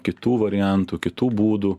kitų variantų kitų būdų